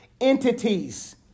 entities